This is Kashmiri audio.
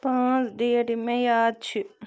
پانٛژھ ڈیٹ یِم مےٚ یاد چھِ